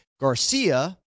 Garcia